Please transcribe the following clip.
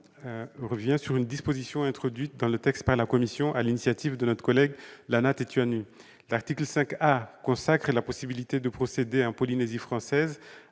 revenir sur une disposition introduite dans le texte par la commission, sur l'initiative de notre collègue Lana Tetuanui. L'article 5 A consacre la possibilité de procéder, en Polynésie française,